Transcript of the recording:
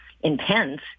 intense